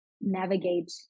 navigate